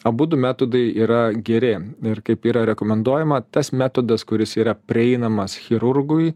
abudu metodai yra geri ir kaip yra rekomenduojama tas metodas kuris yra prieinamas chirurgui